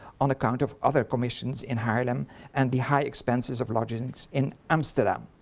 on account of other commissions in haarlem and the high expenses of lodgings in amsterdam.